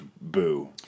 boo